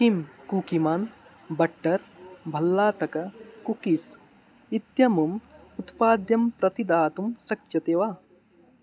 किं कूकी मान् बट्टर् भल्लातक कुकीस् इत्यमुम् उत्पाद्यं प्रतिदातुं शक्यते वा